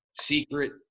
secret